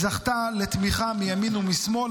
זכתה לתמיכה מימין ומשמאל.